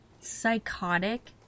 psychotic